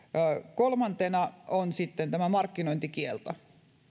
kolmantena on sitten tämä markkinointikielto